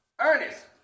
Ernest